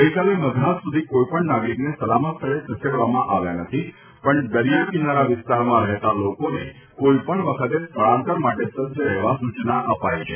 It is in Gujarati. ગઇકાલે મધરાત સુધી કોઇપણ નાગરીકને સલામત સ્થળે ખસેડવામાં આવ્યા નથી પણ દરિયાકાંઠા વિસ્તારમાં રહેતા લોકોને કોઇપણ વખતે સ્થળાંતર માટે સજ્જ રહેવા સૂચના અપાઇ છે